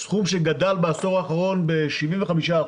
סכום שגדל בעשור האחרון ב-75%,